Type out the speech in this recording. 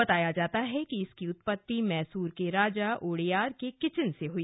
बताया जाता है कि इसकी उत्पत्ति मैसूर के राजा ओडेयार के किचन से हई